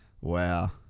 Wow